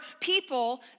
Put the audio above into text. people